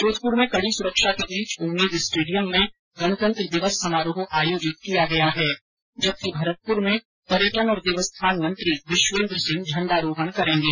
जोधपुर में कड़ी सुरक्षा के बीच उम्मेद स्टेडियम में गणतंत्र दिवस समारोह आयोजित किया गया है जबकि भरतपुर में पर्यटन और देवस्थान मंत्री विश्वेन्द्र सिंह झंडा रोहण करेंगे